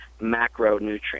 macronutrients